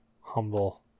Humble